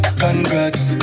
congrats